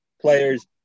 players